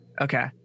Okay